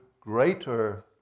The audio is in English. greater